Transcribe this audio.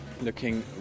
looking